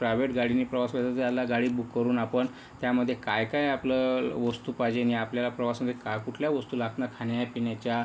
private गाडीने प्रवास करत असेल तर त्याला गाडी बुक करून आपण त्यामध्ये काय काय आपलं वस्तू पाहिजे आणि आपल्याला प्रवासामध्ये काय कुठल्या वस्तू लागणार खाण्यापिण्याच्या